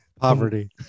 poverty